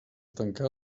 tancar